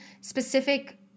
specific